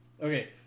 Okay